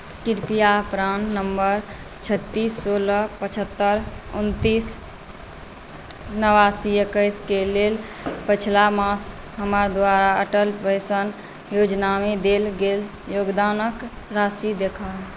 कृपया PRAN number छत्तीस सोलह पचहत्तरि उनतिस नवासी एकैसके लेल पछिला मास हमरा द्वारा अटल पेन्शन योजनामे देल गेल योगदानके राशि देखाउ